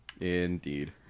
Indeed